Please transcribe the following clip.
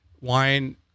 Wine